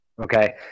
okay